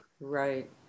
Right